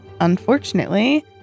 unfortunately